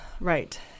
Right